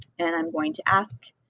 and i'm going to ask